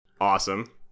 awesome